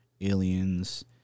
aliens